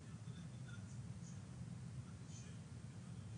מצד שני אותו משגיח לא יכול להתקשר עם שום גוף נותן